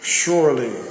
surely